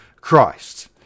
christ